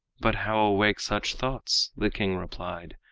but how awake such thoughts? the king replied.